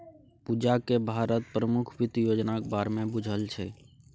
पूजाकेँ भारतक प्रमुख वित्त योजनाक बारेमे बुझल छै